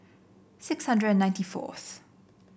six hundred and ninety fourth